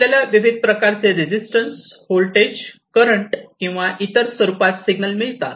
आपल्याला विविध प्रकारचे रेजिस्टन्स होल्टेज करंट किंवा इतर स्वरूपात सिग्नल्स मिळतात